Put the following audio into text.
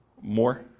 More